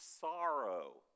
sorrow